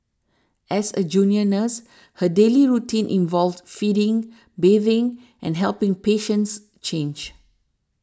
as a junior nurse her daily routine involved feeding bathing and helping patients change